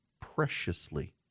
preciously